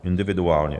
Individuálně.